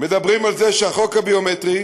מדברים על זה שהחוק הביומטרי,